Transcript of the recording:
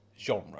genre